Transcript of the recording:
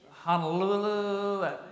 Honolulu